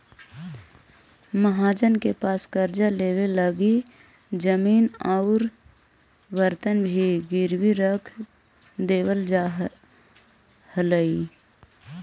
महाजन के पास कर्जा लेवे लगी इ जमीन औउर बर्तन भी गिरवी रख देवल जा हलई